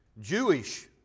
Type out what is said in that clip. Jewish